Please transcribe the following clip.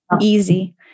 easy